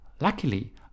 Luckily